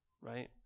right